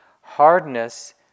Hardness